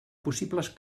possibles